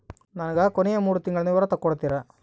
ನನಗ ಕೊನೆಯ ಮೂರು ತಿಂಗಳಿನ ವಿವರ ತಕ್ಕೊಡ್ತೇರಾ?